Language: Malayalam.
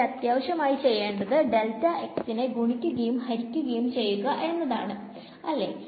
ഇവിടെ അത്യാവശ്യമായി ചെയ്യേണ്ടത് നെ ഗുണിക്കുകയും ഹരിക്കുകയും ചെയ്യുക എന്നതാണ് അല്ലേ